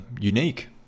unique